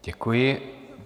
Děkuji.